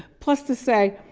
plus to say,